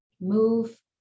move